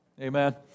Amen